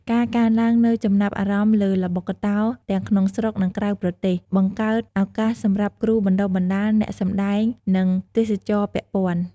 ការកើនឡើងនូវចំណាប់អារម្មណ៍លើល្បុក្កតោ ទាំងក្នុងស្រុក និងក្រៅប្រទេស បង្កើតឱកាសសម្រាប់គ្រូបណ្តុះបណ្តាល អ្នកសម្តែង និងទេសចរណ៍ពាក់ព័ន្ធ។